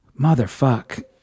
Motherfuck